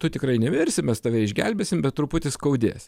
tu tikrai nemirsi mes tave išgelbėsim bet truputį skaudės